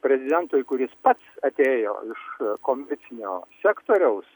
prezidentui kuris pats atėjo iš komercinio sektoriaus